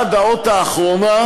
עד האות האחרונה,